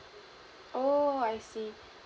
oh I see